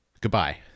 Goodbye